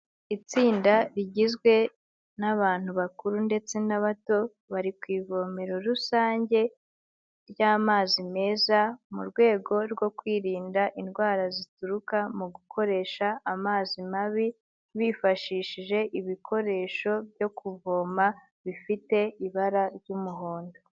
Itsinda rigizwe n'abantu bakuru ndetse n'abato bari ku ivomero rusange ry'amazi meza mu rwego rwo kwirinda indwara zituruka mu gukoresha amazi mabi bifashishije ibikoresho byo kuvoma bifite ibara ry'umuhondo.